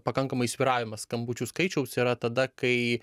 pakankamai svyravimas skambučių skaičiaus yra tada kai